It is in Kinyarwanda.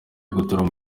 guturamo